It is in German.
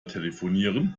telefonieren